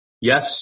Yes